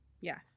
Yes